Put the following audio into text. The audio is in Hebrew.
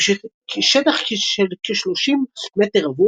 עם שטח של כ-30 מ"ר,